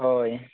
हय